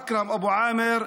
אכרם אבו עאמר,